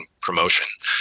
promotion